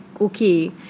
okay